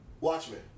Watchmen